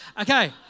Okay